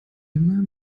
immer